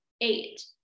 eight